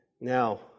Now